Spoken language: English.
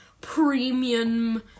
premium